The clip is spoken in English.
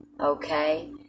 Okay